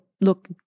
look